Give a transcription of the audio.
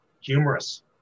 humorous